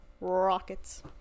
rockets